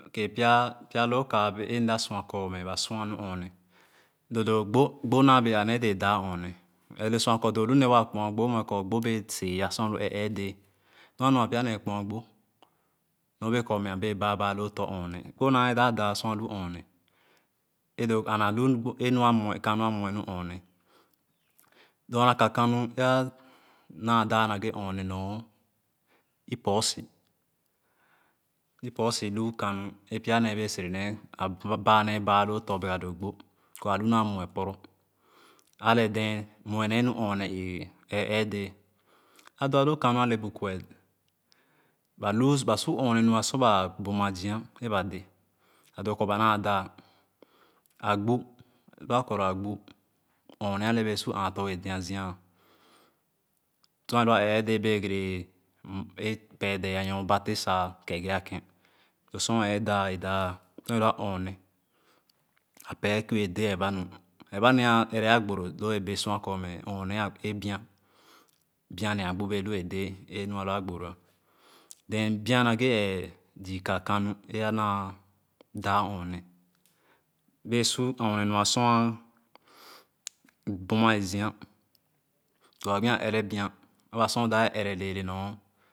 . Pya pya loo ka mda Keere Kor ba sua nu nɔɔne doodoo gbo gbo nawee daa nɔɔne yegere bee sua kor gbo bee se-yah ɛɛ-ɛɛdce nu anua. Pyanee Kpoa gbo nɔɔ be kor mɛ a baa baa loo ɔ̄ nɔɔne gbo naa daa su a lu nɔɔne a lu kana a mye nu nɔɔne dorna kakama ee a naa daa nɔɔne nor ipɔɔsi ipɔɔi lu kanu e pya nee bee sere nee a baanee ba loo +ɔ̄ bega doo gbo a lunua naa mue pɔrɔ a nedɛɛ mue ne nu nɔɔne éé ɛɛ-ɛɛdee a doado kanu ale kue ba su nɔɔne nua sor ba buma zia e ba dɛ a dor kor ba naa daa Agbú lo a koro agbú nɔɔne ale bee su áató wɛɛ dɛa zia sor a lua ɛɛ-ɛɛdee bee pee deeye nor bate sa kekiyakén lo su ee daa yi daah so alu nɔɔne a pee kiue de erebaue ɛrebanee a ɛvɛ a gbooro lu yibe sua kor nɔɔne bi-an bi-an ne agbú wɛɛ de nu alu agboro bi-an nu nake zia ka kanu ee anaadah nɔɔne bee su nɔɔne nua su a buma zia o gbi a ɛrɛ bi-an aba sor o dap ye ɛrɛ lole.